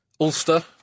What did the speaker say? Ulster